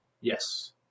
Yes